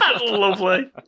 Lovely